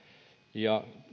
ja